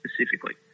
specifically